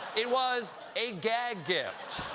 it was a gag gift.